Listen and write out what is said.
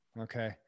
Okay